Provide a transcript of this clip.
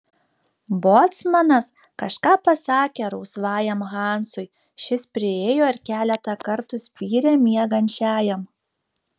bocmanas kažką pasakė rausvajam hansui šis priėjo ir keletą kartų spyrė miegančiajam